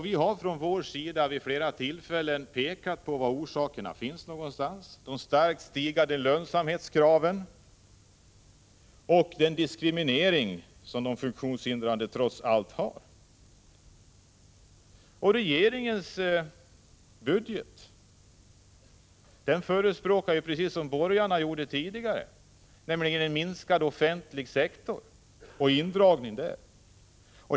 Vi har från vår sida vid flera tillfällen pekat på var orsakerna finns. Det är de starkt stigande lönsamhetskraven och den diskriminering som de funktionshindrade trots allt utsätts för. Regeringens budget förespråkar precis detsamma som de borgerliga talade för tidigare, nämligen en minskning av den offentliga sektorn med indragningar där.